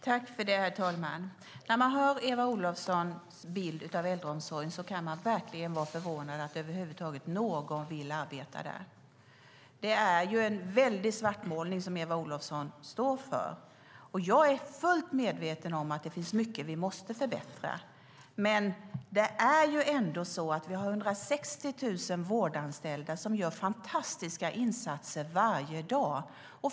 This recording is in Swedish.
Herr talman! När man hör Eva Olofssons bild av äldreomsorgen kan man verkligen förvånas över att över huvud taget någon vill arbeta där. Det är en väldig svartmålning som Eva Olofsson står för. Jag är fullt medveten om att det finns mycket som vi måste förbättra. Men vi har ändå 160 000 vårdanställda som gör fantastiska insatser varje dag.